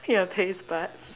your taste bud